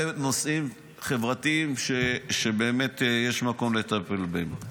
נושאים חברתיים שבאמת יש מקום לטפל בהם.